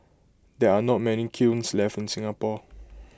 there are not many kilns left in Singapore